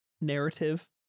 narrative